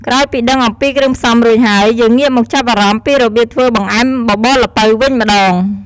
ក្រោយពីដឺងអំពីគ្រឿងផ្សំរួចហើយ យើងងាកមកចាប់អារម្មណ៍ពីរបៀបធ្វើបង្អែមបបរល្ពៅវិញម្តង។